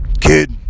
Kid